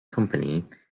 company